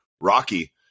Rocky